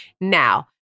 Now